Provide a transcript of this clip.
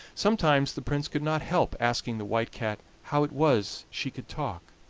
sometimes the prince could not help asking the white cat how it was she could talk.